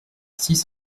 six